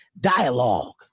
dialogue